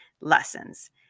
lessons